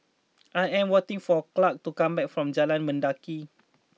I am waiting for Clark to come back from Jalan Mendaki